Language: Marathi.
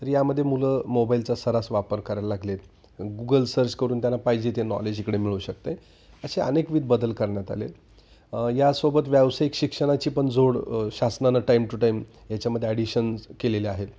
तर यामध्ये मुलं मोबाईलचा सर्रास वापर करायला लागले आहेत गुगल सर्च करून त्यांना पाहिजे ते नॉलेज इकडे मिळू शकते असे अनेक विविध बदल करण्यात आले आहेत यासोबत व्यावसायिक शिक्षणाची पण जोड शासनानं टाईम टू टाईम याच्यामध्ये ॲडिशन्स केलेले आहेत